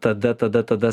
tada tada tada